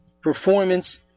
performance